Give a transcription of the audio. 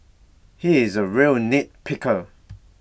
he is A real nit picker